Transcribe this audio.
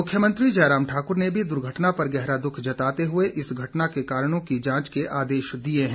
मुख्यमंत्री जयराम ठाक्र ने भी दुर्घटना पर गहरा दुख जताते हुए इस घटना के कारणों की जांच के आदेश दिए हैं